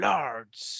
Lord's